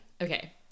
okay